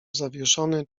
zawieszony